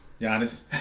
Giannis